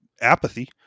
apathy